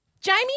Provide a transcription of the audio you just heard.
Jamie